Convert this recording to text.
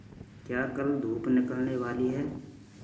क्या कल धूप निकलने वाली है